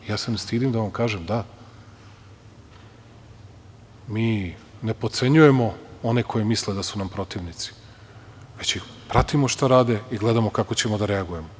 Ja se ne stidim da vam kažem, da, mi ne potcenjujemo one koji misle da su nam protivnici, već ih pratimo šta rade i gledamo kako ćemo da reagujemo.